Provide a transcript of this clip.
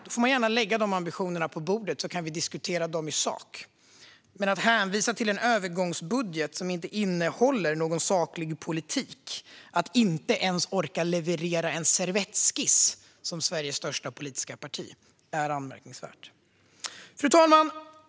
Då får man gärna lägga fram de ambitionerna på bordet, så kan vi diskutera dem i sak. Men att hänvisa till en övergångsbudget som inte innehåller någon saklig politik, att som Sverige största politiska parti inte ens orka leverera en servettskiss, är anmärkningsvärt. Fru talman!